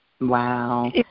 Wow